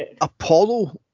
Apollo